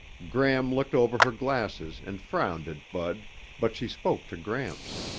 gram looked over her glasses and frowned at bud but she spoke to gramps.